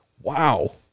wow